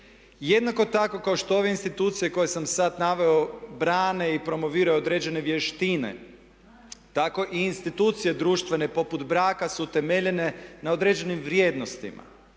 Jednako tako kao što ove institucije koje sam sad naveo brane i promoviraju određene vještine tako i institucije društvene poput braka su utemeljene na određenim vrijednostima,